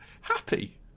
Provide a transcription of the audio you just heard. happy